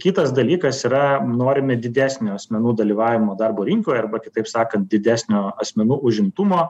kitas dalykas yra norime didesnio asmenų dalyvavimo darbo rinkoje arba kitaip sakant didesnio asmenų užimtumo